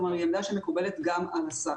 כלומר היא עמדה שמקובלת גם על השר.